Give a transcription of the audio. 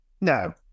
No